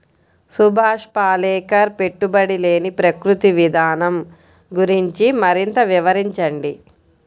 సుభాష్ పాలేకర్ పెట్టుబడి లేని ప్రకృతి విధానం గురించి మరింత వివరించండి